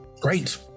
great